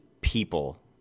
people